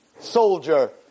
soldier